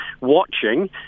watching